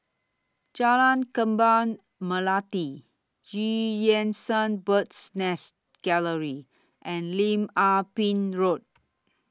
Jalan Kembang Melati EU Yan Sang Bird's Nest Gallery and Lim Ah Pin Road